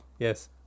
Yes